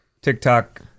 TikTok